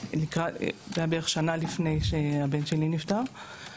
זה היה בערך שנה לפני שהבן שלי נפטר.